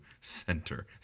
center